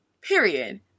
period